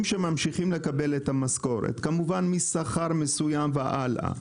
שממשיכים לקבל את המשכורת כמובן משכר מסוים והלאה,